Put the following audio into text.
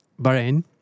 Bahrain